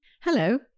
Hello